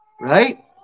right